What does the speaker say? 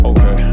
Okay